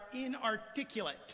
inarticulate